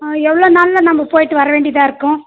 ஆ எவ்வளோ நாளில் நம்ப போயிவிட்டு வர வேண்டியதாக இருக்கும்